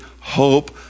hope